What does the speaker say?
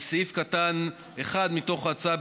לסעיף קטן 8(1) מתוך ההצעה,